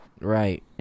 Right